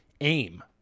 aim